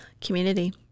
community